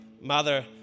mother